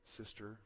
sister